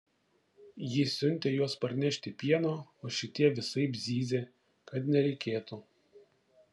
ji siuntė juos parnešti pieno o šitie visaip zyzė kad nereikėtų